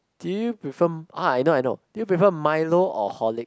do you prefer ah I know I know do you prefer Milo or Horlicks